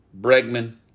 Bregman